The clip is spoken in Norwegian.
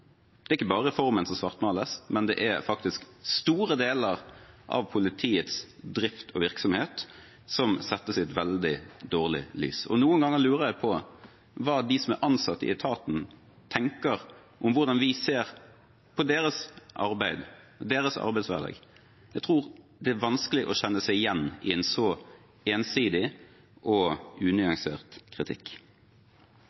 Det er ikke bare reformen som svartmales, men det er faktisk store deler av politiets drift og virksomhet som settes i et veldig dårlig lys. Noen ganger lurer jeg på hva de som er ansatt i etaten, tenker om hvordan vi ser på deres arbeid, deres arbeidshverdag. Jeg tror det er vanskelig å kjenne seg igjen i en så ensidig og